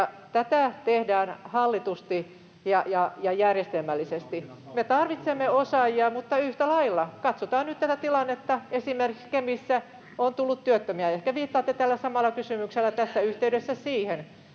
tätä tehdään hallitusti ja järjestelmällisesti. Me tarvitsemme osaajia, mutta yhtä lailla, kun katsotaan nyt tätä tilannetta, esimerkiksi Kemissä on tullut työttömiä. Ehkä viittaatte tällä samalla kysymyksellä tässä yhteydessä siihen.